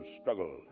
struggle